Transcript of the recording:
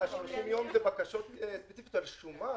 ה-30 יום זה בקשות ספציפיות על שומה.